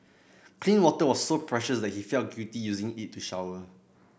clean water was so precious that he felt guilty using it to shower